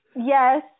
Yes